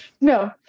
No